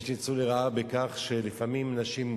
יש ניצול לרעה בכך שלפעמים נשים,